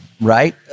right